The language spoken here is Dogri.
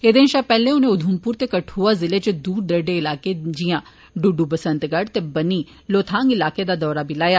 एहदे शा पैहले उनें उधमप्र ते कठ्आ जिलें च दूर दरेडे इलाकें जिआं ड्ड् बसंतगढ़ ते बनी लोथांग इलाकें दा दौरा बी लाया